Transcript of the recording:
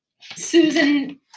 Susan